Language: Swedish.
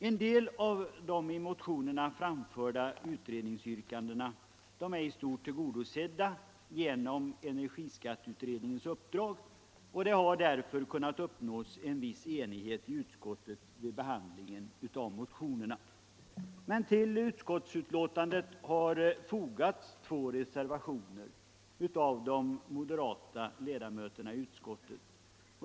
En del av de i motionerna framförda utredningsyrkandena är i stort tillgodosedda genom energibeskattningsutredningens uppdrag, och det har därför kunnat uppnås en viss enighet i utskottet vid behandlingen av motionerna. Till utskottsbetänkandet har emellertid fogats två reservationer av de moderata ledamöterna i utskottet.